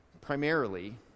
Primarily